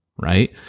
right